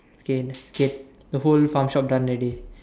okay k the whole farm shop done already